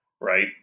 right